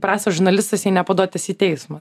prastas žurnalistas jei nepaduotas į teismą